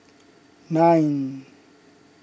nine